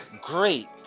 great